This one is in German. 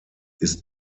ist